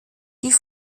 die